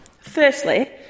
Firstly